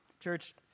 Church